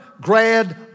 grad